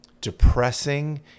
depressing